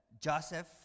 Joseph